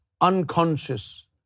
unconscious